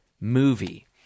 movie